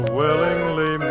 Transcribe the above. willingly